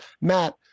Matt